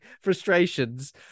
frustrations